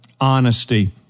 Honesty